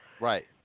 right